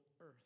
earth